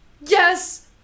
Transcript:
yes